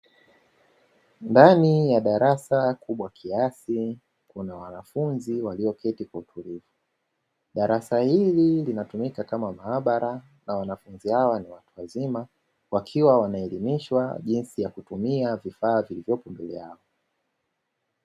Ndani ya darasa kubwa kiasi kuna wanafunzi walioketi kwa utulivu, darasa hili linatumika kama maabara na wanafunzi hawa ni watu wazima wakiwa wanaelimishwa jinsi ya kutumia vifaa vilivyoko mbele yao.